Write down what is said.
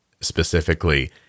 specifically